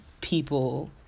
people